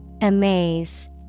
Amaze